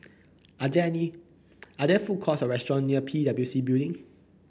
are there need are there food courts or restaurants near P W C Building